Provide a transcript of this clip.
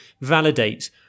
validate